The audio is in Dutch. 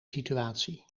situatie